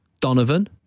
Donovan